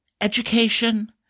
education